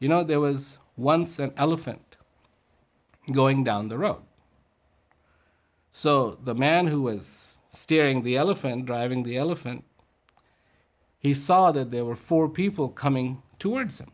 you know there was once an elephant going down the road so the man who was steering the elephant driving the elephant he saw that there were four people coming to